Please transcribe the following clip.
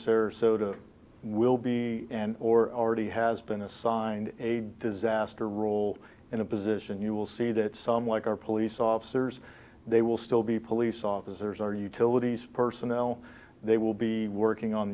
sarasota will be and already has been assigned a disaster role in a position you will see that some like our police officers they will still be police officers our utilities personnel they will be working on